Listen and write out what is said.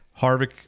Harvick